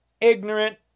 ignorant